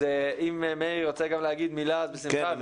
אז אם מאיר רוצה גם להגיד מילה, אז בשמחה.